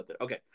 okay